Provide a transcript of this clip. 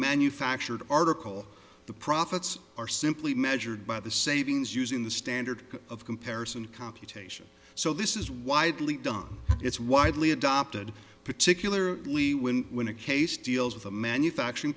manufactured article the profits are simply measured by the savings using the standard of comparison computation so this is widely done it's widely adopted particularly when when a case deals with a manufacturing